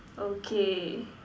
okay